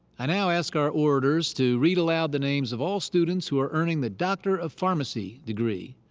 i now ask our orators to read aloud the names of all students who are earning the doctor of pharmacy degree.